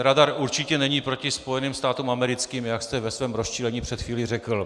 Radar určitě není proti Spojeným státům americkým, jak jste ve svém rozčilení před chvílí řekl.